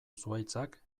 zuhaitzak